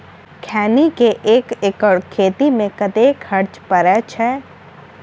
खैनी केँ एक एकड़ खेती मे कतेक खर्च परै छैय?